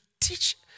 teach